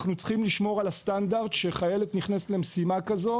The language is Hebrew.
אנחנו צריכים לשמור על הסטנדרט שחיילת נכנסת למשימה כזו,